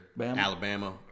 Alabama